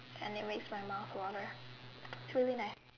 and it makes my mouth water it's really nice